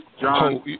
John